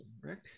Rick